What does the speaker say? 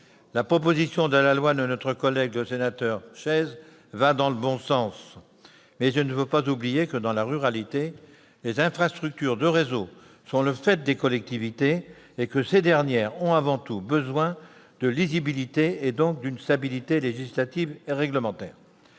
La proposition de la loi de notre collègue Patrick Chaize va dans le bon sens, mais je ne veux pas oublier que, dans la ruralité, les infrastructures de réseaux sont le fait des collectivités et que ces dernières ont avant tout besoin de lisibilité et donc d'une stabilité législative et réglementaire.